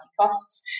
costs